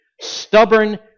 stubborn